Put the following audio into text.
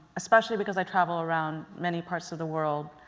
especially because i travel around many parts of the world.